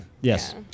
Yes